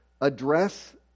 address